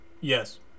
yes